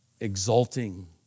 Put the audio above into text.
exulting